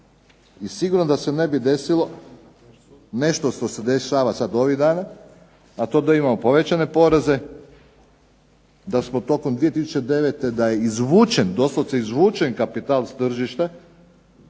i sigurno da se ne bi desilo nešto što se dešava sada ovih dana, a to je da imamo povećane poreze da smo tokom 2009. godine da je doslovce izvučen kapital s tržišta